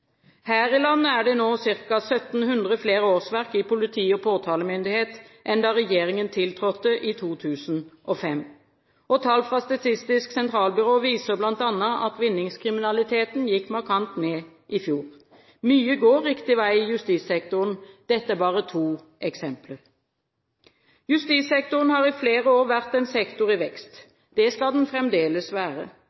Her i landet er det nå ca. 1 700 flere årsverk i politi og påtalemyndighet enn da regjeringen tiltrådte i 2005. Tall fra Statistisk sentralbyrå viser bl.a. at vinningskriminaliteten gikk markant ned i fjor. Mye går riktig vei i justissektoren – dette er bare to eksempler. Justissektoren har i flere år vært en sektor i vekst.